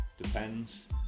depends